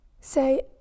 Say